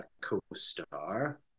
co-star